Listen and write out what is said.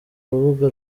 rubuga